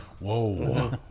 Whoa